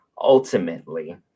ultimately